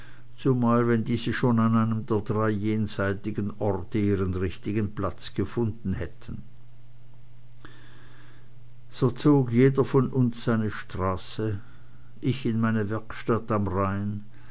zumal wenn diese schon an einem der drei jenseitigen orte ihren richtigen platz gefunden hätten so zog jeder von uns seine straße ich in meine werkstatt am rhein